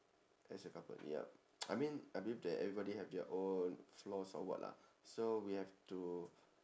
as a couple yup I mean I believe that everybody have their own flaws or what lah so we have to